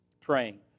praying